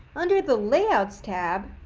under the layouts tab,